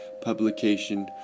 publication